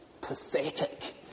pathetic